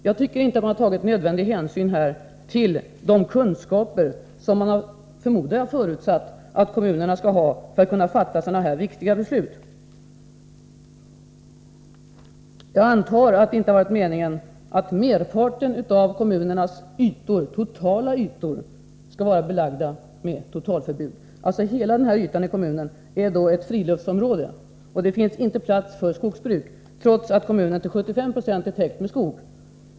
Jag tycker inte att regeringen har tagit nödvändig hänsyn till de kunskaper som kommunerna förutsatts ha för att kunna fatta sådana här viktiga beslut. Jag antar att det inte har varit meningen att merparten av kommunernas totala ytor skall vara belagda med totalförbud. Hela den berörda ytan i den aktuella kommunen är ett friluftsområde och det finns inte plats för skogsbruk trots att kommunen till 75 96 är täckt med skog.